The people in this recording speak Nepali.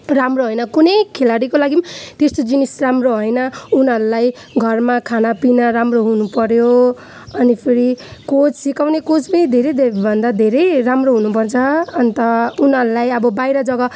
राम्रो होइन कुनै खेलाडीको लागि त्यस्तो जिनिस चाहिँ राम्रो होइन उनीहरूलाई घरमा खानापिना राम्रो हुनु पऱ्यो अनि फेरि कोच सिकाउने कोच पनि धेरै धेरै भन्दा धेरै राम्रो हुनु पर्छ अन्त उनीहरूलाई अब बाहिर जब